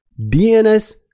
DNS